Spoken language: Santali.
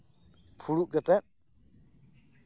ᱯᱷᱩᱲᱩᱜ ᱠᱟᱛᱮ